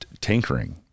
tinkering